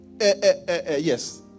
Yes